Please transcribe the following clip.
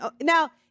Now